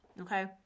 Okay